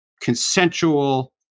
consensual